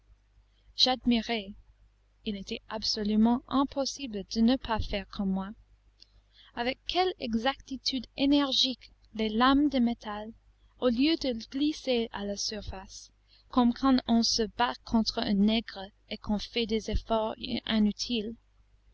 moi avec quelle exactitude énergique les lames de métal au lieu de glisser à la surface comme quand on se bat contre un nègre et qu'on fait des efforts inutiles